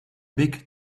big